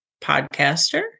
podcaster